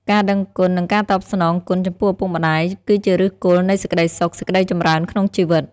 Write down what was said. ការដឹងគុណ និងការតបស្នងគុណចំពោះឪពុកម្តាយ គឺជាឫសគល់នៃសេចក្តីសុខ សេចក្តីចម្រើនក្នុងជីវិត។